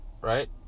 right